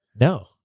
No